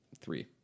three